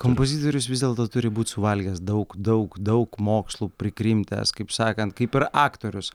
kompozitorius vis dėlto turi būt suvalgęs daug daug daug mokslų prikrimtęs kaip sakant kaip ir aktorius